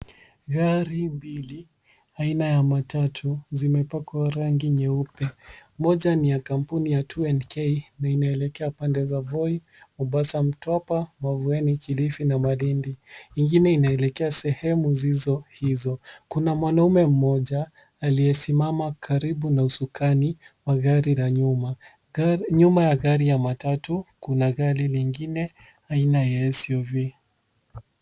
Gari mbili aina ya matatu zimepakwa rangi nyeupe moja ni ya kampuni ya 2NK na inaelekea pande za Voi, Mombasa, Mtwapa, Mavueni, Kilifi na Malindi nyingine inaelekea sehemu zilizo hizo. Kuna mwanaume mmoja aliyesimama karibu na usukani wa gari la nyuma. Nyuma ya gari ya matatu kuna gari lingine aina SUV.